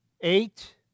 Eight